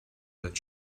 but